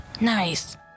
Nice